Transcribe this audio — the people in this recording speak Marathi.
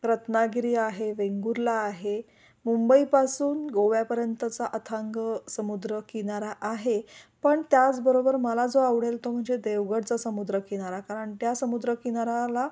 रत्नागिरी आहे वेंगुर्ला आहे मुंबईपासून गोव्यापर्यंतचा अथांग समुद्र किनारा आहे पण त्याचबरोबर मला जो आवडेल तो म्हणजे देवगडचा समुद्र किनारा कारण त्या समुद्र किनाऱ्याला